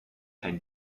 kein